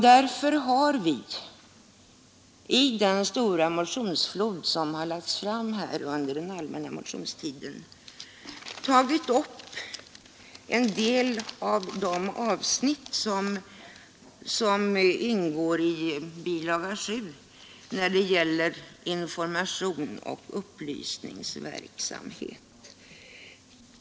Därför har vi i årets motionsflod tagit upp en del av de avsnitt som ingår i bilaga 7 och som gäller information och upplysningsverksamhet.